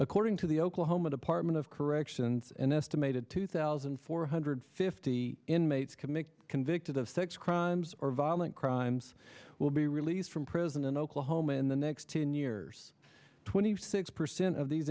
according to the oklahoma department of corrections an estimated two thousand four hundred fifty inmates commit convicted of sex crimes or violent crimes will be released from prison in oklahoma in the next ten years twenty six percent of these